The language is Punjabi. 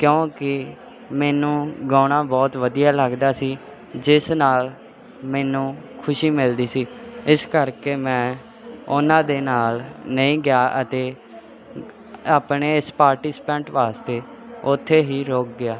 ਕਿਉਂਕਿ ਮੈਨੂੰ ਗਾਉਣਾ ਬਹੁਤ ਵਧੀਆ ਲੱਗਦਾ ਸੀ ਜਿਸ ਨਾਲ ਮੈਨੂੰ ਖੁਸ਼ੀ ਮਿਲਦੀ ਸੀ ਇਸ ਕਰਕੇ ਮੈਂ ਉਹਨਾਂ ਦੇ ਨਾਲ ਨਹੀਂ ਗਿਆ ਅਤੇ ਆਪਣੇ ਇਸ ਪਾਰਟੀਸਪੈਂਟ ਵਾਸਤੇ ਉੱਥੇ ਹੀ ਰੁਕ ਗਿਆ